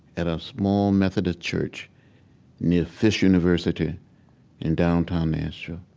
in a small methodist church near fisk university in downtown nashville